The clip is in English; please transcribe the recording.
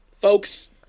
Folks